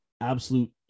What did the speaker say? absolute